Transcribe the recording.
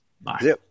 Bye